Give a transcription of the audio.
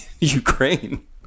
Ukraine